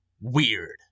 Weird